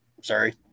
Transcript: sorry